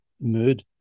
mood